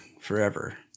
forever